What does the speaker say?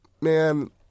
man